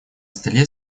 столе